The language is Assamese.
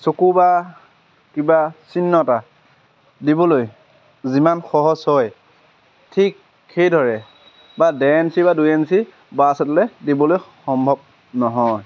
চকু বা কিবা চিহ্ন এটা দিবলৈ যিমান সহজ হয় ঠিক সেইদৰে বা ডেৰ এনচি বা দুই এনচি ব্ৰাছ দিবলৈ সম্ভৱ নহয়